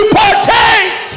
partake